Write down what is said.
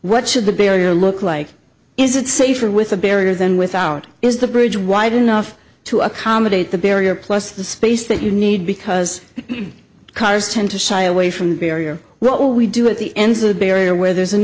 what should the barrier look like is it safer with a barrier than without is the bridge wide enough to accommodate the barrier plus the space that you need because cars tend to shy away from the barrier what will we do at the end of the barrier where there's an